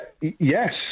Yes